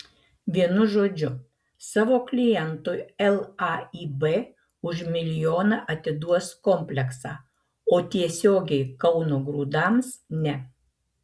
vienu žodžiu savo klientui laib už milijoną atiduos kompleksą o tiesiogiai kauno grūdams ne